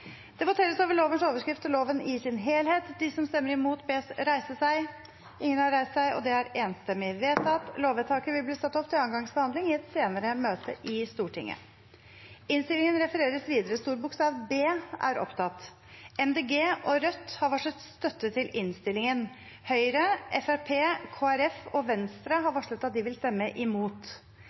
Det voteres over lovens overskrift og loven i sin helhet. Arbeiderpartiet, Senterpartiet, Sosialistisk Venstreparti, Miljøpartiet De Grønne og Rødt har varslet at de vil stemme imot. Lovvedtaket vil bli ført opp til andre gangs behandling i et senere møte i Stortinget. Miljøpartiet De Grønne har varslet støtte til innstillingen. Rødt har varslet at de vil stemme imot.